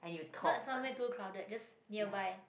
not at somewhere too crowded just nearby